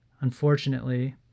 Unfortunately